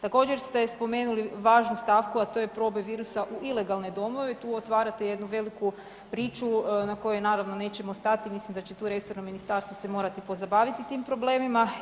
Također ste spomenuli važnu stavku, a to je proboj virusa u ilegalne domove, tu otvarate jednu veliku priču na kojoj naravno nećemo stati i mislim da će tu resorno ministarstvo se morati pozabaviti tim problemima.